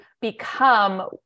become